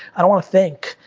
i don't wanna think.